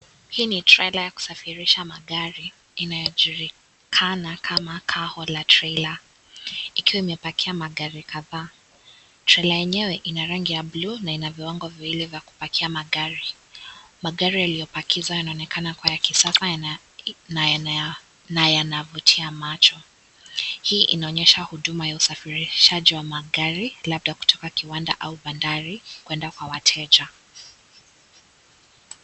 Hii ni trela ya kusafirisha magari inayojulikana kama car hauler trailer ikiwa imepakia magari kadhaa. Trela yenyewe ina rangi ya bluu na ina viwango viwili vya kupakia magari. Magari yaliyopakizwa yanaonekana kuwa ya kisasa na yanavutia macho. Hii inaonyesha huduma ya usafirishaji wa magari labda kutoka kiwanda au bandari kuenda kwa wateja.